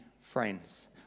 friends